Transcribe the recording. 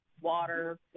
water